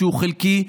שהוא חלקי,